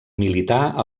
militar